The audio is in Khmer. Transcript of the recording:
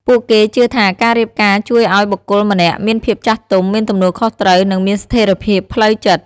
ពួកគេជឿថាការរៀបការជួយឲ្យបុគ្គលម្នាក់មានភាពចាស់ទុំ មានទំនួលខុសត្រូវ និងមានស្ថិរភាពផ្លូវចិត្ត។